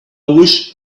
wish